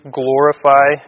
glorify